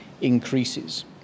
increases